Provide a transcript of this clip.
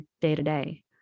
day-to-day